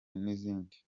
n’izindi